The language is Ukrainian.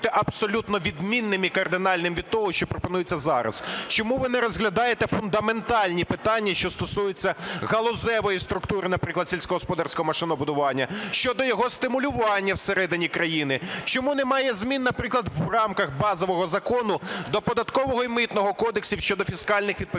Чому ви не розглядаєте фундаментальні питання, що стосуються галузевої структури, наприклад сільськогосподарського машинобудування, щодо його стимулювання всередині країни? Чому немає змін, наприклад, в рамках базового закону до Податкового і Митного кодексів щодо фіскальних відповідних